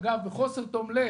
אני חושב שבחוסר תום לב,